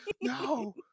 No